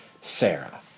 Sarah